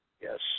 Yes